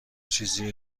چیزی